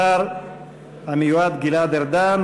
השר המיועד גלעד ארדן,